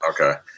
Okay